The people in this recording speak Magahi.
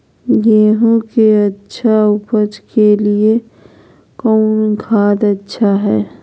गेंहू के अच्छा ऊपज के लिए कौन खाद अच्छा हाय?